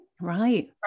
Right